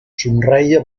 somreia